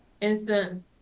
instance